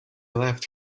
left